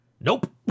Nope